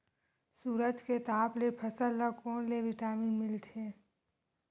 सूरज के ताप ले फसल ल कोन ले विटामिन मिल थे?